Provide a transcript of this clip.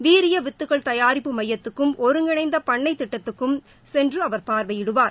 வீரிய வித்துக்கள் தயாரிப்பு மையத்துக்கும் ஒருங்கிணைந்த பண்ணை திட்டத்துக்கும் சென்று அவர் பார்வையிடுவார்